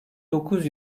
dokuz